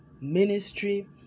ministry